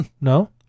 No